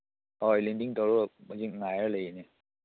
ꯍꯣꯏ ꯂꯦꯟꯗꯤꯡ ꯇꯧꯔ ꯍꯧꯖꯤꯛ ꯉꯥꯏꯔ ꯂꯩꯔꯤꯅꯤ